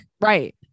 Right